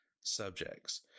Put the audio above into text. subjects